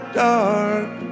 dark